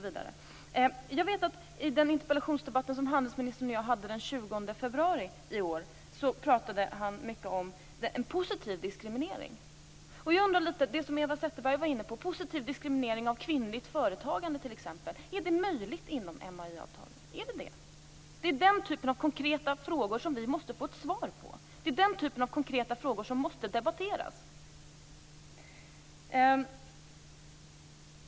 I den interpellationsdebatt som handelsministern och jag hade den 20 februari i år pratade handelsministern mycket om positiv diskriminering. Jag undrar om det som Eva Zetterberg var inne på. Det gäller t.ex. positiv diskriminering av kvinnligt företagande. Är det möjligt inom MAI-avtalet? Det är den typen av konkreta frågor som vi måste få ett svar på. Det är den typen av konkreta frågor som måste debatteras.